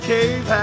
Cave